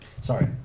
Sorry